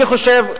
אני חושב,